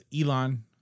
Elon